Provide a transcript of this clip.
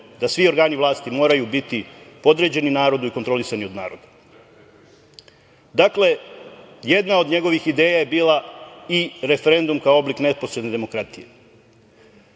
da svi organi vlasti moraju biti podređeni narodu i kontrolisani od naroda. Dakle, jedna od njegovih ideja je bila i referendum, kao oblik neposredne demokratije.